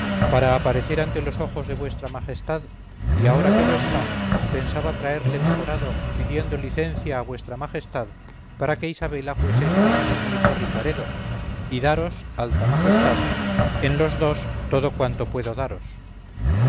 para aparecer ante los ojos de v m y aora que lo está pensaba traerle mejorado pidiendo licencia a v m para que isabela fuese esposa de mi hijo ricaredo y daros alta majestad en los dos todo cuanto puedo daros